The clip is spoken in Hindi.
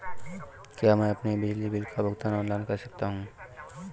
क्या मैं अपने बिजली बिल का भुगतान ऑनलाइन कर सकता हूँ?